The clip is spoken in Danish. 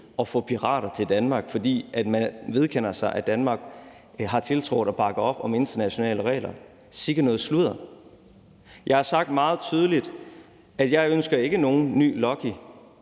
at få pirater til Danmark, fordi vi vedkender os, at Danmark har tiltrådt og bakker op om internationale regler. Sikke noget sludder. Jeg har sagt meget tydeligt, at jeg ikke ønsker nogen ny Lucky